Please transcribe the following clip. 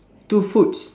two foods